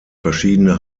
verschiedene